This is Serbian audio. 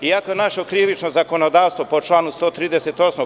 Iako naše krivično zakonodavstvo, po članu 138.